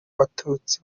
batutsi